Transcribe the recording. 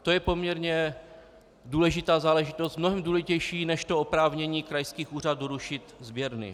To je poměrně důležitá záležitost, mnohem důležitější než oprávnění krajských úřadů rušit sběrny.